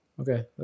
okay